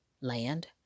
land